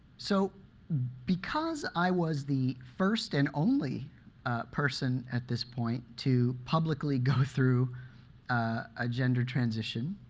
so because i was the first and only person at this point to publicly go through a gender transition,